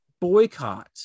boycott